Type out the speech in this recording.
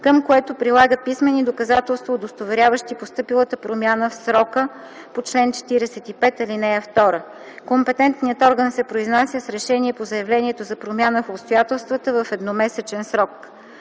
към което прилага писмени доказателства, удостоверяващи настъпилата промяна, в срока по чл. 45, ал. 2. Компетентният орган се произнася с решение по заявлението за промяна в обстоятелствата в едномесечен срок.